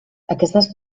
aquestes